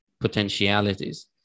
potentialities